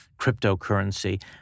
cryptocurrency